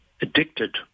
Addicted